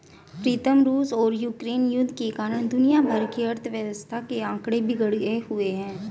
प्रीतम रूस और यूक्रेन युद्ध के कारण दुनिया भर की अर्थव्यवस्था के आंकड़े बिगड़े हुए